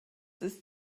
ist